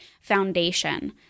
foundation